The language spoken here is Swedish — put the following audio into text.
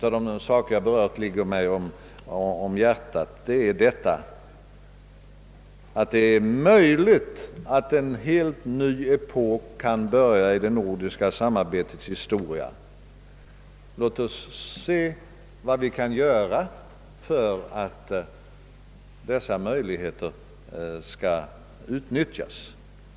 Av de saker jag berört är det en som ligger mig särskilt varmt om hjärtat, nämligen möjligheten till att en helt ny epok kan börja i det nordiska samarbetets historia. Låt oss se vad vi kan göra för att denna möjlighet blir utnyttjad!